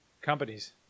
companies